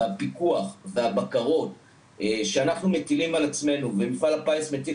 הפיקוח והבקרה שאנחנו מטילים על עצמנו ומפעל הפיס מטיל